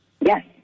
Yes